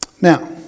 Now